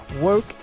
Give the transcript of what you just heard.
work